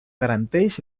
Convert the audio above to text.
garanteix